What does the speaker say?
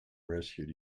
rescued